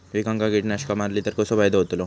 पिकांक कीटकनाशका मारली तर कसो फायदो होतलो?